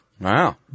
Wow